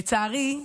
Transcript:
לצערי,